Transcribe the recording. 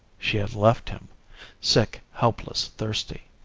she had left him sick helpless thirsty.